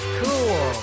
cool